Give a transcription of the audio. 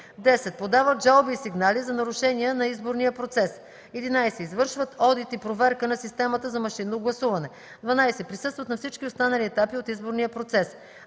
10. подават жалби и сигнали за нарушения на изборния процес; 11. извършват одит и проверка на системата за машинно гласуване; 12. присъстват на всички останали етапи от изборния процес.